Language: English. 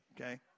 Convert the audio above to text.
okay